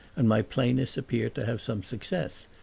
and my plainness appeared to have some success,